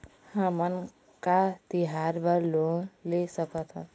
हमन का तिहार बर लोन ले सकथन?